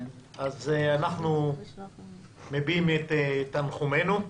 אנחנו מביעים את תנחומינו.